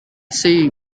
see